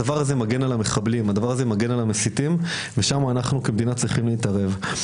הדבר הזה מגן על המחבלים ועל המסיתים ושם אנחנו כמדינה צריכים להתערב.